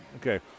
okay